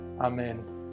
Amen